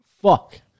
Fuck